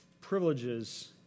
privileges